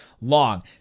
long